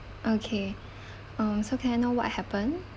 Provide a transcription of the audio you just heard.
okay uh so can I know what happened